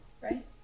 right